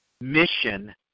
mission